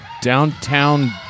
downtown